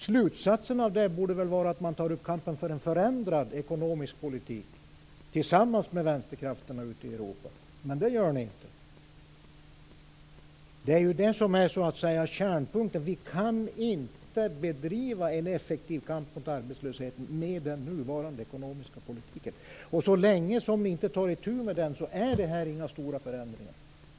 Slutsatsen av det borde vara att ta upp kampen för en förändrad ekonomisk politik tillsammans med vänsterkrafterna ute i Europa, men det gör ni inte. Det är detta som är kärnpunkten: Vi kan inte bedriva en effektiv kamp mot arbetslösheten med den nuvarande ekonomiska politiken. Och så länge som ni inte tar itu med denna är det här inga stora förändringar.